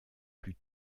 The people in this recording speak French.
plus